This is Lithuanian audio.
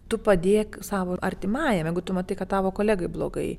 tu padėk savo artimajam jeigu tu matai kad tavo kolegai blogai